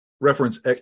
reference